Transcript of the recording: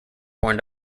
born